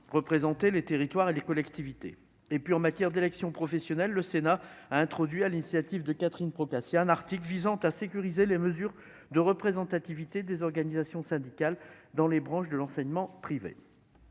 représenter les territoires et les collectivités, et puis en matière d'élections professionnelles, le sénat a introduit à l'initiative de Catherine Procaccia, un article visant à sécuriser les mesures de représentativité des organisations syndicales dans les branches de l'enseignement privé.